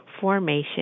formation